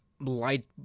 light